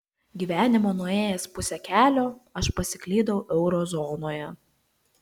gyvenimo nuėjęs pusę kelio aš pasiklydau eurozonoje